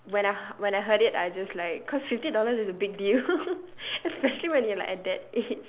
when I h~ when I heard it I just like cause fifty dollar is a big deal especially when you are like at that age